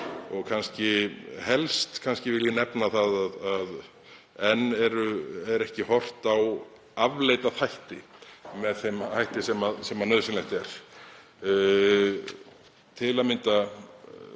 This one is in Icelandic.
Helst vil ég nefna að enn er ekki horft á afleidda þætti með þeim hætti sem nauðsynlegt er, til að mynda